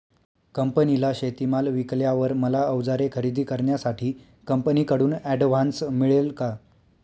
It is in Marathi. कंपनीला शेतीमाल विकल्यावर मला औजारे खरेदी करण्यासाठी कंपनीकडून ऍडव्हान्स मिळेल का?